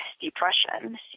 depression